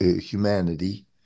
humanity